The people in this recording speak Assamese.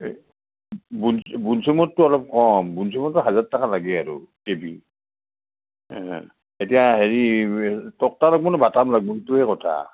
বুনচুমটো অলপ কম বুনচুমত হাজাৰ টাকা লাগে আৰু কেবি এতিয়া হেৰি টক্টা লাগব নে বাতাম লাগব সেইটোহে কথান